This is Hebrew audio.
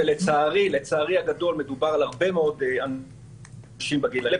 ולצערי הגדול מדובר על הרבה מאוד אנשים בגיל הזה,